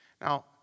Now